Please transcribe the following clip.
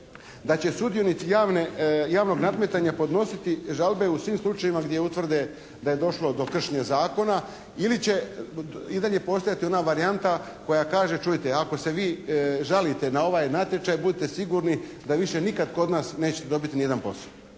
da će sudionici javnog nadmetanja podnositi žalbe u svim slučajevima gdje utvrde da je došlo do kršenja zakona ili će i dalje postojati ona varijanta koja kaže čujte ako se vi žalite na ovaj natječaj, budite sigurni da više nikad kod nas nećete dobiti ni jedan posao.